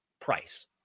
price